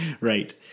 Right